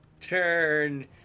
turn